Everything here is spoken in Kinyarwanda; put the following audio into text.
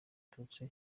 abatutsi